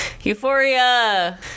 euphoria